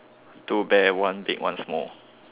two bear one big one small